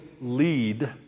lead